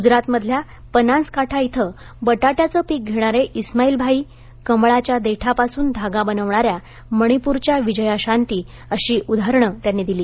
गुजरातमधल्या बनासकांठा इथं बटाट्याचं पीक घेणारे इस्माईल भाई कमळाच्या देठापासून धागा बनवणाऱ्या मणिपूरच्या विजयाशांती अशी उदाहरणं त्यांनी दिली